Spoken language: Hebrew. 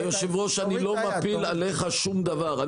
אדוני היושב-ראש, אני לא מפיל עליך שום דבר.